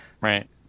Right